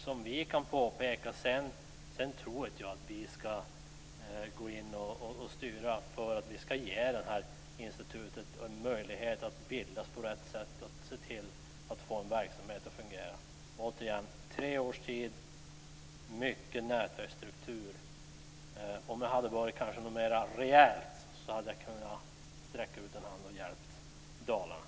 Sedan tror jag inte att vi ska gå in och styra, utan vi ska ge det här institutet en möjlighet att bildas på rätt sätt och få en verksamhet som fungerar. Återigen: Tre års tid och mycket av nätverksstruktur - om det hade varit något mer rejält kanske jag hade kunnat sträcka ut en hand för att hjälpa Dalarna.